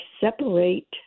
separate